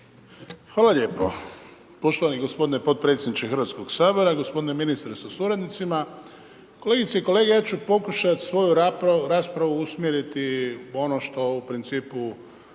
Hvala lijepo poštovani gospodine potpredsjedniče Hrvatskog sabora, gospodine ministre sa suradnicima. Kolegice i kolege, ja ću pokušat svoju raspravu usmjeriti ono što u principu